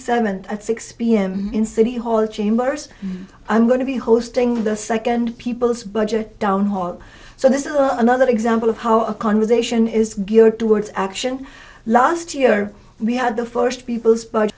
at six pm in city hall chambers i'm going to be hosting the second people's budget downhaul so this is another example of how a conversation is geared towards action last year we had the first people's bu